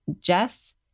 Jess